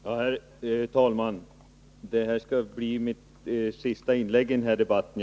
Herr talman! Det här skall bli mitt sista inlägg i den här debatten.